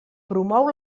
promou